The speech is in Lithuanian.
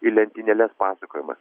į lentynėles pasakojimas